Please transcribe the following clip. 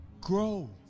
grow